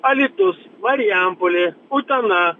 alytus marijampolė utena